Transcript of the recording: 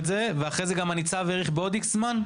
ואחרי זה הניצב האריך בעוד איקס זמן?